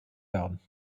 werden